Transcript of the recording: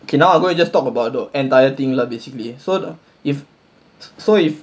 okay now I'll go and just talk about the entire thing lah basically so if so if